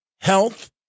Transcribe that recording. health